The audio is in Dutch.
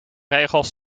regels